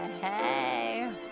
Hey